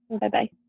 Bye-bye